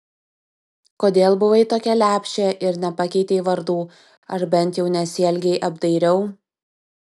kodėl buvai tokia lepšė ir nepakeitei vardų ar bent jau nesielgei apdairiau